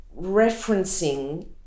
referencing